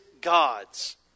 God's